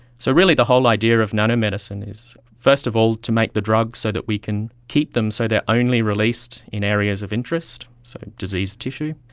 so really the whole idea of nano medicine is first of all to make the drug so that we can keep them so they are only released in areas of interest, so diseased tissue,